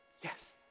Yes